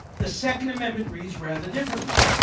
the second amendment reads rather differently.